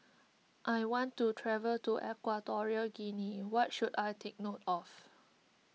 I want to travel to Equatorial Guinea what should I take note of